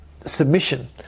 submission